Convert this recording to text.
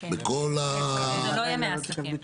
זה לא ימי עסקים.